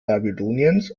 babyloniens